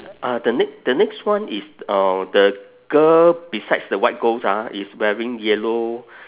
uh the ne~ the next one is uh the girl besides the white ghost ah is wearing yellow